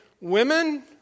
women